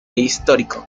histórico